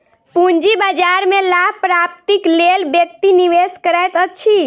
पूंजी बाजार में लाभ प्राप्तिक लेल व्यक्ति निवेश करैत अछि